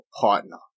partner